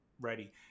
ready